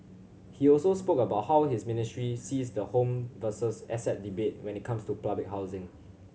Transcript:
he also spoke about how his ministry sees the home versus asset debate when it comes to public housing